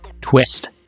twist